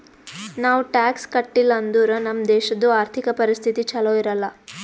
ನಾವ್ ಟ್ಯಾಕ್ಸ್ ಕಟ್ಟಿಲ್ ಅಂದುರ್ ನಮ್ ದೇಶದು ಆರ್ಥಿಕ ಪರಿಸ್ಥಿತಿ ಛಲೋ ಇರಲ್ಲ